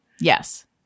Yes